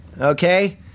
okay